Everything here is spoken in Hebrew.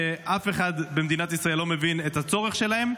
שאף אחד במדינת ישראל לא מבין את הצורך בהם.